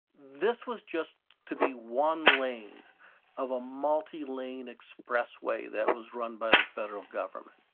this was just to be one lane of a multi lane expressway that was run by the federal government.